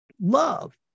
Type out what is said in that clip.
love